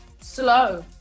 slow